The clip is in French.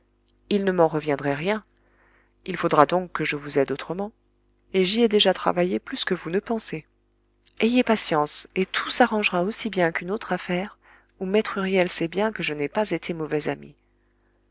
il ne m'en reviendrait rien il faudra donc que je vous aide autrement et j'y ai déjà travaillé plus que vous ne pensez ayez patience et tout s'arrangera aussi bien qu'une autre affaire où maître huriel sait bien que je n'ai pas été mauvais ami